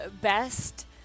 best